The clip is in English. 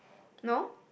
no